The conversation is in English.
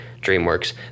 DreamWorks